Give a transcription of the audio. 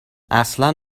اصلا